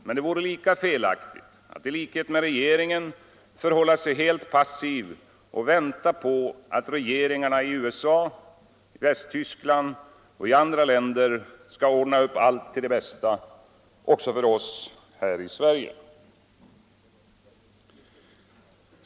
Men det vore lika felaktigt att — i likhet med regeringen — förhålla sig helt passiv och vänta på att regeringarna i USA, Västtyskland och andra länder skall ordna upp allt till det bästa även för oss här i Sverige.